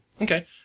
Okay